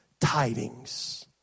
tidings